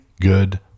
good